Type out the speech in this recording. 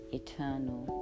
eternal